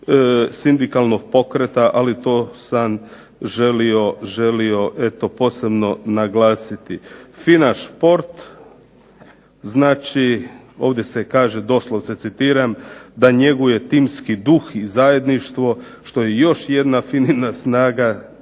sindikalnog pokreta, ali to sam želio eto posebno naglasiti. FINA šport, znači ovdje se kaže doslovce citiram da njeguje timski duh i zajedništvo, što je još jedna FINA-ina snaga,